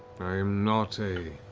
i am not a